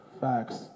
Facts